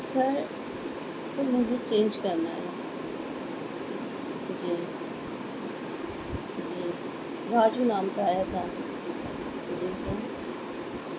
سر تو مجھے چینج کرنا ہے جی راجو نام کا آیا تھا جی سر